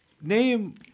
Name